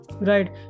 Right